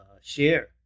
share